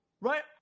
Right